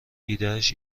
ایدهاش